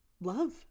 love